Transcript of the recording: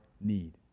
need